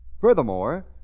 Furthermore